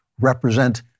represent